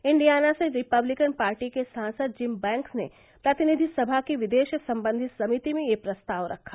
Indiana से Republican party के सांसद जिम बैंक्स ने प्रतिनिधि सभा की विदेश संबंधी समिति में यह प्रस्ताव रखा